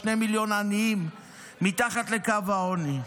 שני מיליון עניים מתחת לקו העוני.